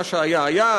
מה שהיה היה,